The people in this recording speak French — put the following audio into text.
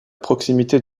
proximité